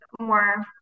more